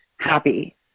happy